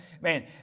man